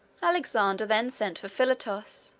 alexander then sent for philotas,